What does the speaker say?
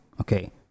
Okay